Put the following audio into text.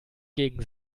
gegen